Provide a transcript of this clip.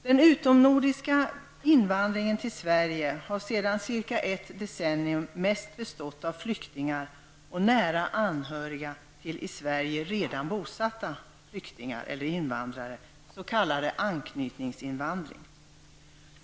Den utomnordiska invandringen till Sverige har i ett decennium mest bestått av flyktingar och nära anhöriga till i Sverige redan bosatta flyktingar eller invandrare, s.k. anknytningsinvandring.